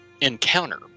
encounter